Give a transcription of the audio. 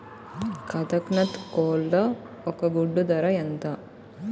కదక్నత్ కోళ్ల ఒక గుడ్డు ధర ఎంత?